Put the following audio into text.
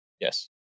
Yes